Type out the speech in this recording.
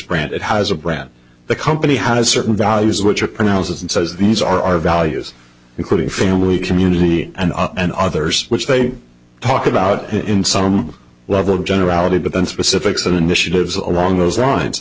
brand it has a brand the company has certain values which are pronounces and says these are our values including family community and and others which they talk about in some level of generality but then specifics initiatives along those lines